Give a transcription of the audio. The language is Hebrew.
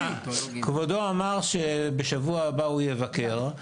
כבודו אמר ששבוע הבא הוא יבקר.